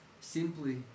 simply